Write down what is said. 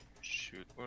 shoot